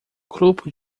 grupo